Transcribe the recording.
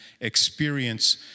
experience